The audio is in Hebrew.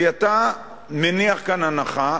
כי אתה מניח כאן הנחה,